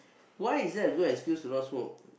why is that a good excuse to not smoke